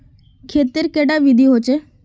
खेत तेर कैडा विधि होचे?